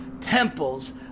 temples